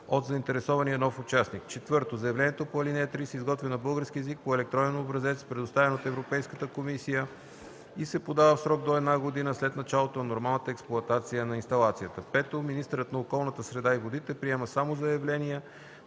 от заинтересования нов участник. (4) Заявлението по ал. 3 се изготвя на български език по електронен образец, предоставен от Европейската комисия, и се подава в срок до една година след началото на нормалната експлоатация на инсталацията. (5) Министърът на околната среда и водите приема само заявления,